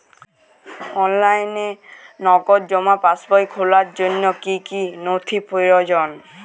অনলাইনে নগদ জমা পাসবই খোলার জন্য কী কী নথি প্রয়োজন?